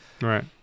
right